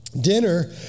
dinner